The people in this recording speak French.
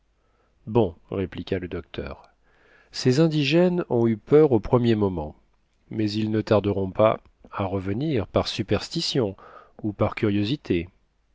répliqua le docteur ces indigènes ont eu peur au premier moment mais ils ne tarderont pas à revenir par superstition ou par curiosité